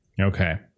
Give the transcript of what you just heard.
Okay